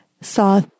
saw